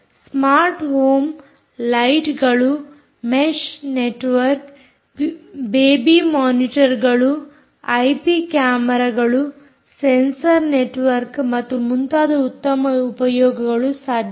smart home ಲೈಟ್ಗಳು mesh network baby ಮಾನಿಟರ್ಗಳು IP ಕ್ಯಾಮೆರಾಗಳು ಸೆನ್ಸರ್ ನೆಟ್ವರ್ಕ್ ಹಾಗೂ ಮುಂತಾದ ಉತ್ತಮ ಉಪಯೋಗಗಳು ಸಾಧ್ಯವಿದೆ